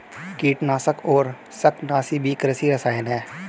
कीटनाशक और शाकनाशी भी कृषि रसायन हैं